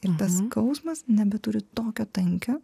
ir tas skausmas nebeturi tokio tankio